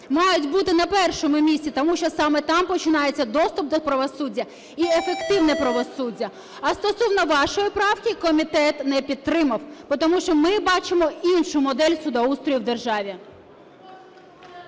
мають бути на першому місці, тому що саме там починається доступ до правосуддя і ефективне правосуддя. А стосовно вашої правки, комітет не підтримав, тому що ми бачимо іншу модель судоустрою в державі.